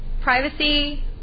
privacy